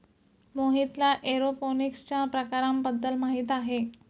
मोहितला एरोपोनिक्सच्या प्रकारांबद्दल माहिती आहे